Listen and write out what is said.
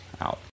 out